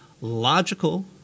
logical